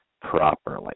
properly